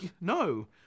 no